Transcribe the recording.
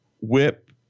Whip